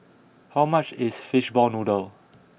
how much is Fishball Noodle